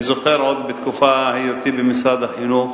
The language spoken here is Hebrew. אני זוכר עוד בתקופת היותי במשרד החינוך,